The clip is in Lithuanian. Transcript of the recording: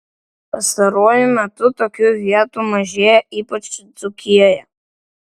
pastaruoju metu tokių vietų mažėja ypač dzūkijoje